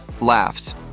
Laughs